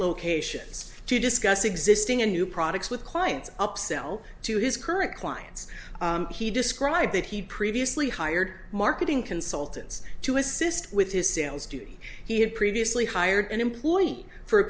locations to discuss existing and new products with clients up sell to his current clients he described that he previously hired marketing consultants to assist with his sales duty he had previously hired an employee for a